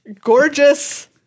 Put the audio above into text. Gorgeous